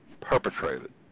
perpetrated